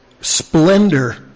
Splendor